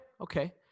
okay